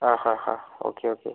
ആ ഹാ ഹാ ഓക്കേ ഓക്കേ